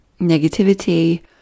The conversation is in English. negativity